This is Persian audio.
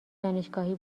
دانشگاهی